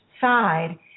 side